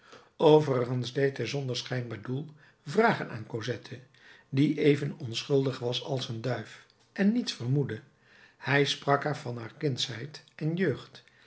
overigens deed hij zonder schijnbaar doel vragen aan cosette die even onschuldig was als een duif en niets vermoedde hij sprak haar van haar kindsheid en jeugd